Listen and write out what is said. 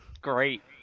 great